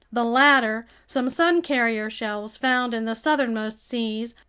the latter some sun-carrier shells found in the southernmost seas,